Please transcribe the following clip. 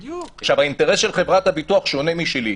עכשיו, האינטרס של חברת הביטוח שונה משלי.